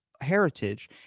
heritage